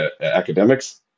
academics